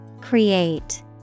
Create